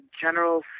general